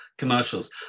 Commercials